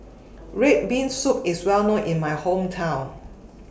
Red Bean Soup IS Well known in My Hometown